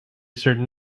certain